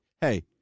hey